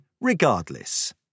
regardless